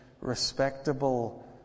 respectable